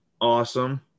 awesome